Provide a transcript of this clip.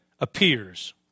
appears